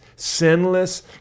sinless